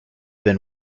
been